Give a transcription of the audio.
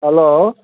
hello